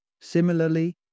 Similarly